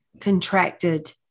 contracted